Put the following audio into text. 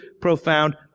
profound